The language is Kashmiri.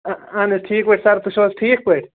اَ اَہَن حظ ٹھیٖک پٲٹھۍ سر تُہۍ چھِو حظ ٹھیٖک پٲٹھۍ